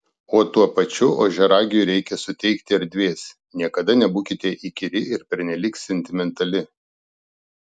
o tuo pačiu ožiaragiui reikia suteikti erdvės niekada nebūkite įkyri ir pernelyg sentimentali